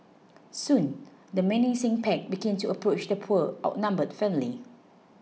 soon the menacing pack began to approach the poor outnumbered family